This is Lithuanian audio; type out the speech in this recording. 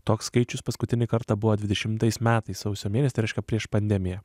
toks skaičius paskutinį kartą buvo dvidešimtais metais sausio mėnesį tai reiškia prieš pandemiją